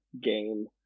game